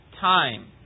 time